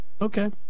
Okay